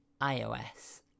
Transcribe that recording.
iOS